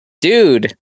Dude